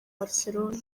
barcelona